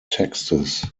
texts